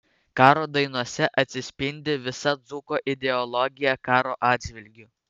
karo dainose atsispindi visa dzūko ideologija karo atžvilgiu